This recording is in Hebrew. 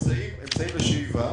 אמצעים לשאיבה,